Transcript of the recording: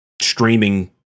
streaming